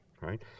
right